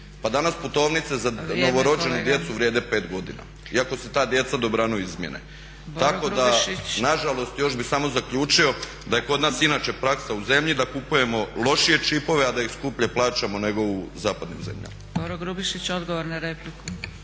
danas putovnice za novorođenu djecu vrijede 5 godina, iako se ta djeca dobrano izmjene. Tako da nažalost još bih samo zaključio da je kod nas inače praksa u zemlji da kupujemo lošije čipove, a da ih skuplje plaćamo nego u zapadnim zemljama.